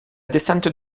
descente